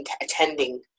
attending